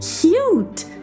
cute